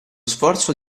sforzo